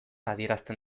adierazten